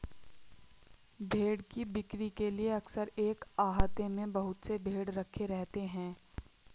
भेंड़ की बिक्री के लिए अक्सर एक आहते में बहुत से भेंड़ रखे रहते हैं